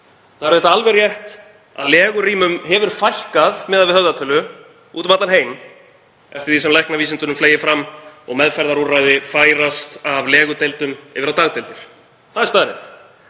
Það er auðvitað alveg rétt að legurýmum hefur fækkað miðað við höfðatölu út um allan heim eftir því sem læknavísindunum fleygir fram og meðferðarúrræði færast af legudeildum yfir á dagdeildir. Það er staðreynd.